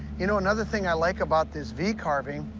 you know another thing i like about this v carving,